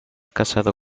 casado